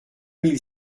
mille